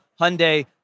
Hyundai